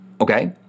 Okay